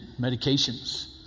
medications